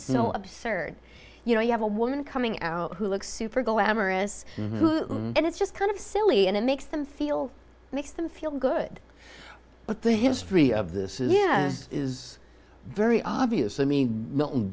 so absurd you know you have a woman coming out who looks super go amorous and it's just kind of silly and it makes them feel it makes them feel good but the history of this is very obvious i mean milton